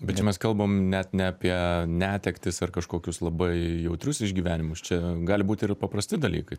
bet čia mes kalbam net ne apie netektis ar kažkokius labai jautrius išgyvenimus čia gali būt ir paprasti dalykai